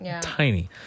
tiny